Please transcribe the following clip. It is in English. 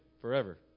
forever